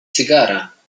cygara